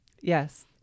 Yes